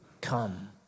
Come